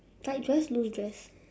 tight dress loose dress